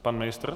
Pan ministr?